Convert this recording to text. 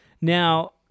Now